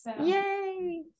Yay